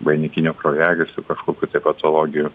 vainikinių kraujagyslių kažkokių patologijų